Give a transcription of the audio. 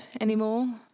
anymore